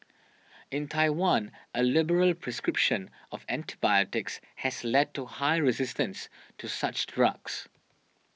in Taiwan a liberal prescription of antibiotics has led to high resistance to such drugs